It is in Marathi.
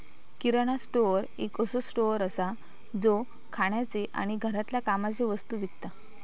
किराणा स्टोअर एक असो स्टोअर असा जो खाण्याचे आणि घरातल्या कामाचे वस्तु विकता